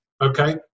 Okay